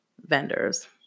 vendors